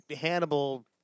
Hannibal